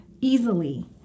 easily